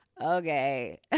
Okay